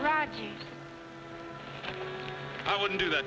right i wouldn't do that